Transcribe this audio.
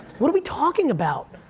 what are we talking about?